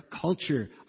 culture